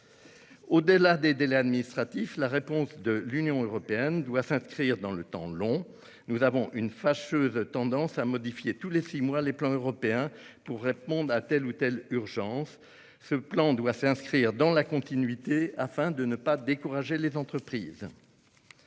Au-delà des délais administratifs, la réponse de l'Union européenne doit s'inscrire dans le temps long. Nous avons une fâcheuse tendance à modifier tous les six mois les plans européens pour répondre à telle ou telle urgence. Ce plan doit s'inscrire dans la continuité afin de ne pas décourager les entreprises.